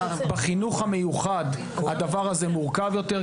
בחינוך המיוחד הדבר הזה מורכב יותר,